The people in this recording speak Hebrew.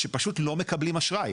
שלא מקבלים אשראי.